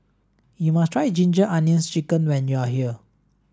you must try ginger onions chicken when you are here